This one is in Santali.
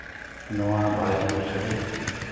ᱱᱚᱣᱟ ᱵᱷᱟᱨᱚᱛ ᱵᱚᱨᱥᱚ ᱨᱮ